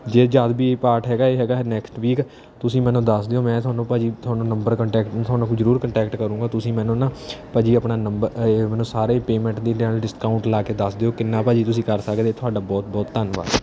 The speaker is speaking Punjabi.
ਜੇ ਜਦੋਂ ਵੀ ਪਾਠ ਹੈਗਾ ਇਹ ਹੈਗਾ ਹੈ ਨੈਕਸਟ ਵੀਕ ਤੁਸੀਂ ਮੈਨੂੰ ਦੱਸ ਦਿਓ ਮੈਂ ਤੁਹਾਨੂੰ ਭਾਅ ਜੀ ਤੁਹਾਨੂੰ ਨੰਬਰ ਕੰਟੈਕਟ ਤੁਹਾਨੂੰ ਜ਼ਰੂਰ ਕੰਟੈਕਟ ਕਰੂੰਗਾ ਤੁਸੀਂ ਮੈਨੂੰ ਨਾ ਭਾਅ ਜੀ ਆਪਣਾ ਨੰਬਰ ਮੈਨੂੰ ਸਾਰੇ ਪੇਮੈਂਟ ਦੀ ਨਾਲ ਡਿਸਕਾਊਂਟ ਲਗਾ ਕੇ ਦੱਸ ਦਿਓ ਕਿੰਨਾ ਭਾਅ ਜੀ ਤੁਸੀਂ ਕਰ ਸਕਦੇ ਤੁਹਾਡਾ ਬਹੁਤ ਬਹੁਤ ਧੰਨਵਾਦ